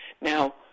Now